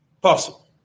possible